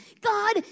God